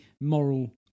moral